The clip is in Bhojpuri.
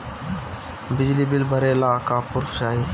बिजली बिल भरे ला का पुर्फ चाही?